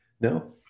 No